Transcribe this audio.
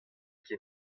ket